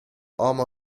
homo